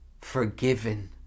forgiven